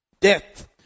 death